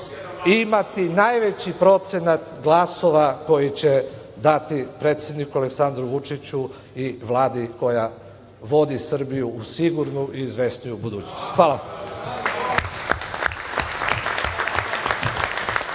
imati najveći procenat glasova koji će dati predsedniku Aleksandru Vučiću i Vladi koja vodi Srbiju u sigurnu i izvesniju budućnost. Hvala.